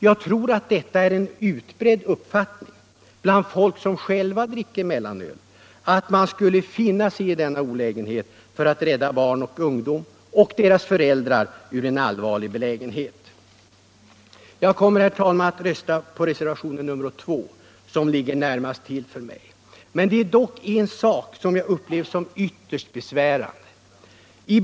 Jag tror att det är en utbredd uppfattning bland människor som själva dricker mellanöl, att man skulle finna sig i denna olägenhet för att rädda barn och ungdomar och deras föräldrar ur en allvarlig belägenhet. Jag kommer att rösta för reservationen 2, som ligger närmast till för mig. Det är dock en sak som jag upplever som ytterst besvärande.